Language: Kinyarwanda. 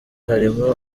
harimo